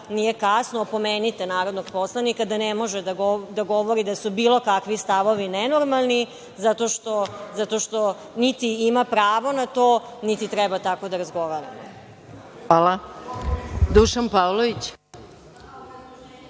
Nije kasno. Opomenite narodnog poslanika da ne može da govori da su bilo kakvi stavovi nenormalni zato što niti ima pravo na to, niti treba tako da razgovaramo. **Maja Gojković**